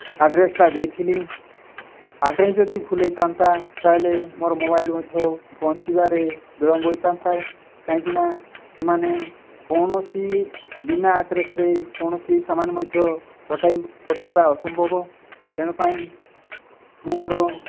ଆଡ୍ରେସ୍ଟା ଦେଇଥିଲି ଆଡ୍ରେସ୍ ଯଦି ଭୁଲ୍ ହୋଇଥାନ୍ତା ତା'ହେଲେ ମୋର ମୋବାଇଲ୍ ମଧ୍ୟ ପହଞ୍ଚିବାରେ ବିଳମ୍ବ ହୋଇଥାନ୍ତା କାହିଁକିନା ସେମାନେ କୌଣସି ବିନା ଆଡ଼୍ରେସ୍ରେ କୌଣସି ସାମାନ ମଧ୍ୟ ପଠାଇବା ଅସମ୍ଭବ ତେଣୁ ପାଇଁ ମୁଁ ମୋର